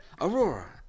Aurora